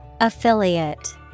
Affiliate